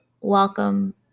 welcome